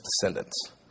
descendants